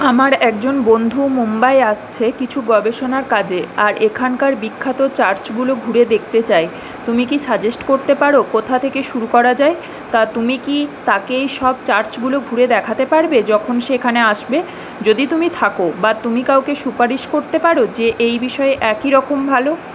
আমার একজন বন্ধু মুম্বাই আসছে কিছু গবেষণার কাজে আর এখানকার বিখ্যাত চার্চগুলো ঘুরে দেখতে চায় তুমি কি সাজেস্ট করতে পারো কোথা থেকে শুরু করা যায় তা তুমি কি তাকে এই সব চার্চগুলো ঘুরে দেখাতে পারবে যখন সে এখানে আসবে যদি তুমি থাকো বা তুমি কাউকে সুপারিশ করতে পারো যে এই বিষয়ে একইরকম ভালো